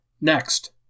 Next